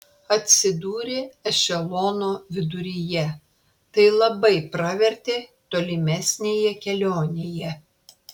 atsidūrė ešelono viduryje tai labai pravertė tolimesnėje kelionėje